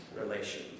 relation